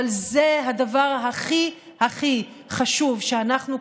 אבל זה הדבר הכי הכי חשוב שאנחנו כחברה,